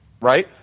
Right